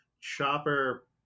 chopper